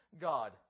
God